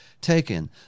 taken